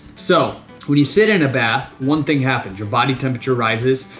so when we sit in a bath one thing happened your body temperature rises,